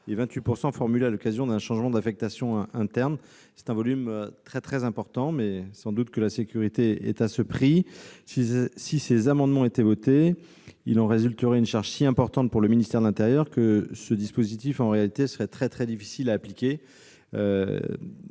et 28 % formulées à l'occasion d'un changement d'affectation interne. C'est déjà un volume très important, mais la sécurité est sans doute à ce prix. Si ces amendements étaient adoptés, il en résulterait une charge si importante pour le ministère de l'intérieur que ce dispositif serait particulièrement difficile à appliquer,